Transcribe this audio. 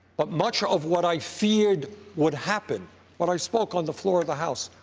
but much of what i feared would happen when i spoke on the floor of the house,